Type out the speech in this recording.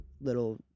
little